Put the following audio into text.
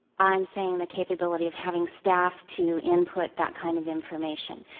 i'm saying the capability of having staff to input that kind of information.